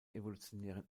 evolutionären